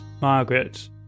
Margaret